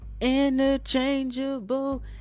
interchangeable